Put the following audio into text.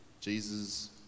Jesus